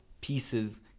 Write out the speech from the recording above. pieces